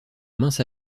mince